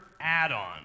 add-on